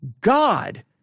God